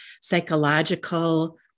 psychological